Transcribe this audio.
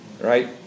Right